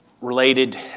related